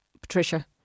Patricia